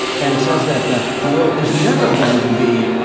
and it says that the the world is never going to be, ah,